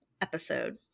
episode